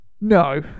No